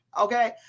okay